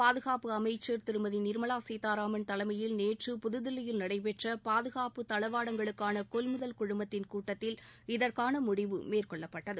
பாதுகாப்பு அமைச்சர் திருமதி நிர்மலா சீதாராமன் தலைமையில் நேற்று புதுதில்லியில் நடைபெற்ற பாதுகாப்பு தளவாடங்களுக்கான கொள்முதல் குழுமத்தின் முடிவு மேற்கொள்ளப்பட்டது